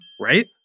right